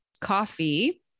coffee